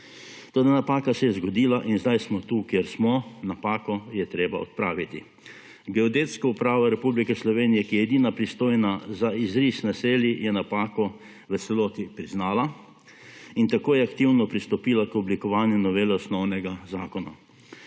Ta napaka se je zgodila in sedaj smo tukaj, kjer smo napako je treba odpraviti. Geodetska uprava Republike Slovenije, ki je edina pristojna za izris naselji je napako v celoti priznala in tako je aktivno pristopila k oblikovanju novele osnovnega zakona.